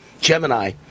Gemini